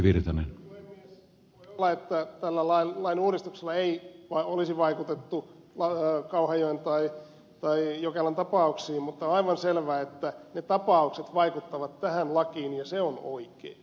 voi olla että tällä lainuudistuksella ei olisi vaikutettu kauhajoen tai jokelan tapauksiin mutta on aivan selvää että ne tapaukset vaikuttavat tähän lakiin ja se on oikein